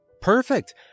Perfect